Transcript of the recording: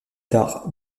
tard